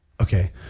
Okay